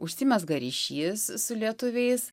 užsimezga ryšys su lietuviais